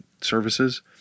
services